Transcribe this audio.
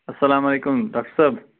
اَسلامُ علیکُم ڈاکٹَر صٲب